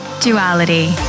duality